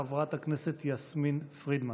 חברת הכנסת יסמין פרידמן.